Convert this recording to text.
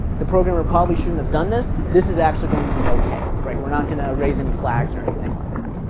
the programmer probably shouldn't have done this, this is actually going to be ok, right. we're not going to raise any flags or anything like that.